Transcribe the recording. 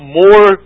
more